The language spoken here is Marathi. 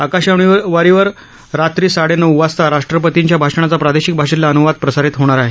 आकाशवाणीवर रात्री साडेनऊ वाजता राष्ट्रपतींच्या भाषणाचा प्रादेशिक भाषेतला अन्वाद प्रसारित होणार आहे